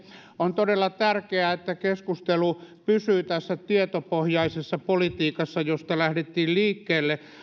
on todella tärkeää että keskustelu pysyy tässä tietopohjaisessa politiikassa josta lähdettiin liikkeelle